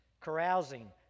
carousing